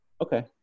Okay